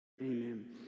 amen